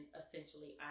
essentially